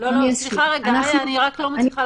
אני לא מצליחה להבין.